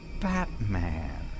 Batman